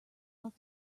off